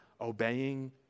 obeying